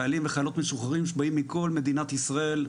חיילים וחיילות משוחררים שבאים מכל רחבי מדינת ישראל.